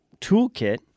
toolkit